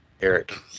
Eric